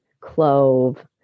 clove